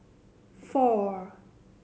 four